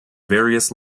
various